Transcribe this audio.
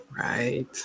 Right